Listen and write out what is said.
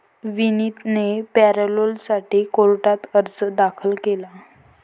विनीतने पॅरोलसाठी कोर्टात अर्ज दाखल केला